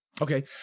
Okay